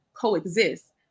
coexist